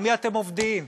על מי אתם עובדים?